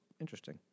Interesting